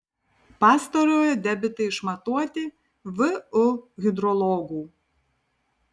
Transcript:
pastarojo debitai išmatuoti vu hidrologų